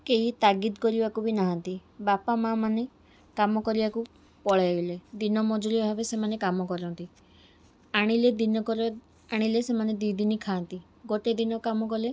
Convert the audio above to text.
କେହି ତାଗିଦ୍ କରିବାକୁ ବି ନାହାଁନ୍ତି ବାପା ମାଆମାନେ କାମ କରିବାକୁ ପଳେଇଗଲେ ଦିନ ମଜୁରିଆ ଭାବେ ସେମାନେ କାମ କରନ୍ତି ଆଣିଲେ ଦିନକରେ ଆଣିଲେ ସେମାନେ ଦୁଇ ଦିନ ଖାଆନ୍ତି ଗୋଟେ ଦିନ କାମ କଲେ